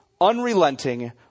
unrelenting